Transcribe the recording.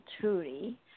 truly